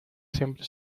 siempre